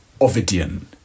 Ovidian